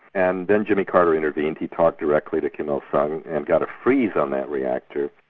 and then jimmy carter intervened he talked directly to kim il-sung, and got a freeze on that reactor,